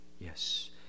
Yes